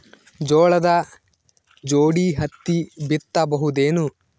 ಜೋಳದ ಜೋಡಿ ಹತ್ತಿ ಬಿತ್ತ ಬಹುದೇನು?